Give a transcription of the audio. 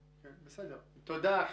תודה.